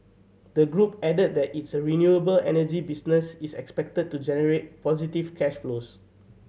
the group added that its renewable energy business is expected to generate positive cash flows